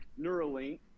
Neuralink